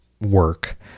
work